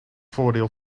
voordeel